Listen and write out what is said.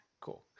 Cool